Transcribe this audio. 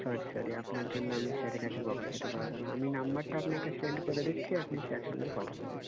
sorry sorry আপনার জন্য আমি স্যারের কাছে বকা খেতে পারবো না আমি নম্বরটা আপনাকে সেন্ড করে দিচ্ছি আপনি স্যারের সঙ্গে কথা বলে নিন